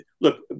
look